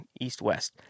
east-west